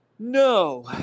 No